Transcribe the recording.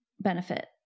benefit